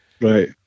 right